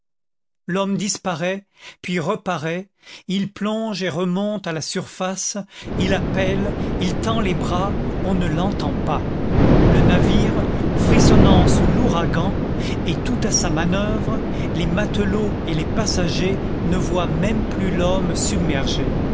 l'homme disparaît puis reparaît il plonge et remonte à la surface il appelle il tend les bras on ne l'entend pas le navire frissonnant sous l'ouragan est tout à sa manoeuvre les matelots et les passagers ne voient même plus l'homme submergé